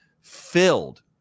filled